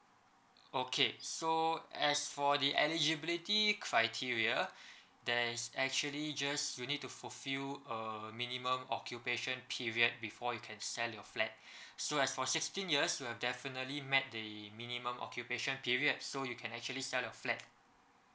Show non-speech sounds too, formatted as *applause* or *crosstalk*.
okay so as for the eligibility criteria there is actually just you need to fulfill a minimum occupation period before you can sell your flat *breath* so as for sixteen years you have definitely met the minimum occupation period so you can actually sell your flat